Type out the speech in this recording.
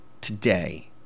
today